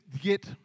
get